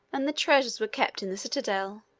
and the treasures were kept in the citadel.